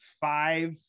five